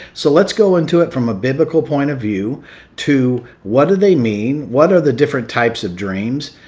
so let's go into it from a biblical point of view to what do they mean? what are the different types of dreams?